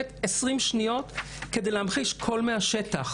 כדי להמחיש קול מהשטח.